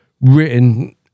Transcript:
written